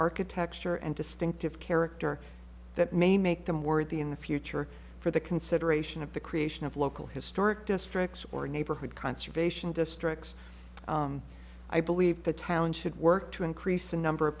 architecture and distinctive character that may make them worthy in the future for the consideration of the creation of local historic districts or neighborhood conservation districts i believe the town should work to increase the number of